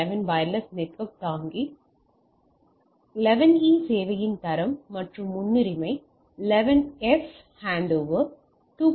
11 wireless network தாங்கி 11 E சேவையின் தரம் மற்றும் முன்னுரிமை 11 F ஹேண்டொவர் 2